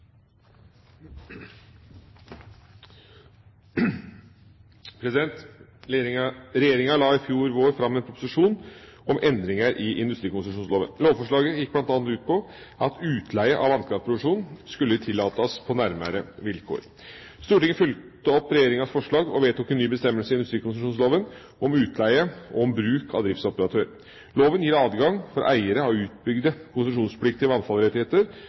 kraft. Regjeringa la i fjor vår fram en proposisjon om endringer i industrikonsesjonsloven. Lovforslaget gikk bl.a. ut på at utleie av vannkraftproduksjon skulle tillates på nærmere vilkår. Stortinget fulgte opp regjeringas forslag og vedtok en ny bestemmelse i industrikonsesjonsloven om utleie og om bruk av driftsoperatør. Loven gir adgang for eiere av utbygde konsesjonspliktige vannfallsrettigheter